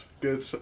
Good